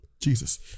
Jesus